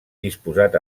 disposat